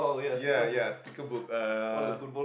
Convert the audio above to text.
ya ya sticker book uh